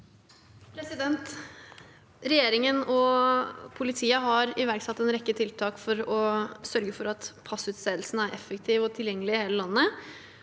Regjeringen og politiet har iverksatt en rekke tiltak for å sørge for at passutstedelsen er effektiv og tilgjengelig over hele landet,